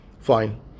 Fine